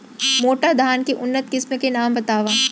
मोटा धान के उन्नत किसिम के नाम बतावव?